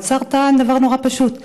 האוצר טען דבר נורא פשוט: